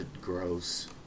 gross